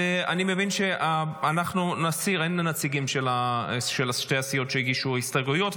אין נציגים של שתי הסיעות שהגישו הסתייגויות.